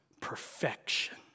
perfection